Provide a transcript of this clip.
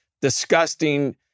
disgusting